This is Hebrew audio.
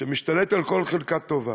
שמשתלט על כל חלקה טובה,